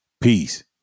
Peace